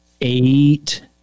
eight